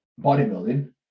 bodybuilding